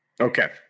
Okay